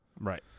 Right